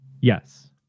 Yes